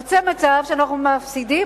יוצא מצב שאנחנו מפסידים,